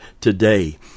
today